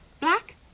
Black